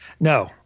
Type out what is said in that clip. No